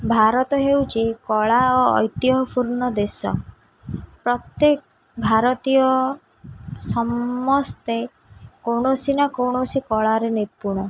ଭାରତ ହେଉଛି କଳା ଓ ଐତିହପୂର୍ଣ୍ଣ ଦେଶ ପ୍ରତ୍ୟେକ ଭାରତୀୟ ସମସ୍ତେ କୌଣସି ନା କୌଣସି କଳାରେ ନିପୁଣ